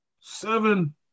seven